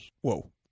Whoa